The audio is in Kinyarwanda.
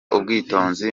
ubwitonzi